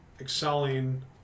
excelling